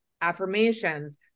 affirmations